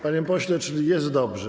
Panie pośle, czyli jest dobrze.